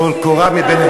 טול קורה מבין,